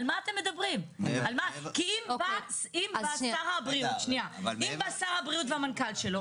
כי אם בא שר הבריאות והמנכ"ל שלו